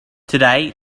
today